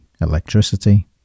Electricity